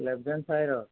left hand ছাইদৰ